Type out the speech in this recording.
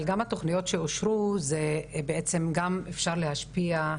אבל גם התוכניות שאושרו עליהן אפשר להשפיע.